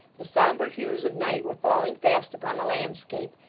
the sombre hues of night were falling fast upon the landscape,